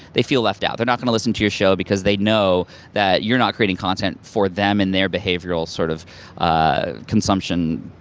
they feel left out. they're not gonna listen to your show, because they know that you're not creating content for them and their behavioral sort of of consumption,